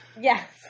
Yes